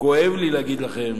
כואב לי להגיד לכם,